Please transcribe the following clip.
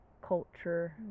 culture